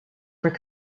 were